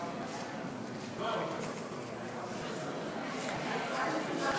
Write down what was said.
להביע אי-אמון בממשלה לא נתקבלה.